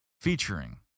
Featuring